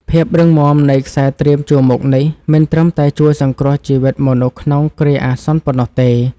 ភាពរឹងមាំនៃខ្សែត្រៀមជួរមុខនេះ មិនត្រឹមតែជួយសង្គ្រោះជីវិតមនុស្សក្នុងគ្រាអាសន្នប៉ុណ្ណោះទេ។